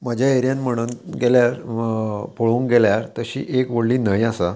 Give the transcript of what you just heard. म्हज्या एरियेन म्हणून गेल्यार पळोवंक गेल्यार तशी एक व्हडली न्हंय आसा